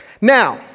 Now